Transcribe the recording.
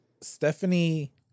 Stephanie